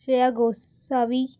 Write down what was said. Shreya Gosavi